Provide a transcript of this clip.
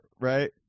right